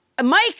Mike